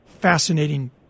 fascinating